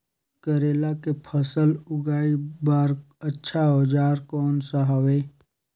करेला के फसल उगाई बार अच्छा औजार कोन सा हवे?